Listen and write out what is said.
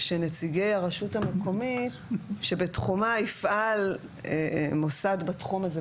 שנציגי הרשות המקומית שבתחומה יפעל מוסד בתחום הזה,